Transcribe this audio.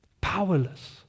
powerless